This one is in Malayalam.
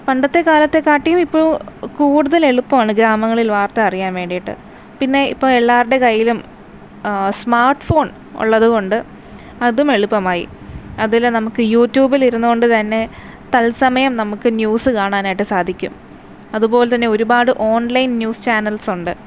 പണ്ടത്തെ കാലത്തെ കാട്ടിയും ഇപ്പോൾ കൂടുതല് എളുപ്പമാണ് ഗ്രാമങ്ങളില് വാര്ത്ത അറിയാന് വേണ്ടിയിട്ട് പിന്നെ ഇപ്പോൾ എല്ലാവരുടെ കൈയിലും സ്മാർട്ട് ഫോൺ ഉള്ളതുകൊണ്ട് അതും എളുപ്പമായി അതിൽ നമുക്ക് യൂട്യൂബിൽ ഇരുന്നു കൊണ്ട് തന്നെ തൽസമയം നമുക്ക് ന്യൂസ് കാണാനായിട്ട് സാധിക്കും അതുപോലെ തന്നെ ഒരുപാട് ഓൺലൈൻ ന്യൂസ് ചാനല്സുണ്ട്